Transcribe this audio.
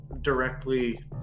directly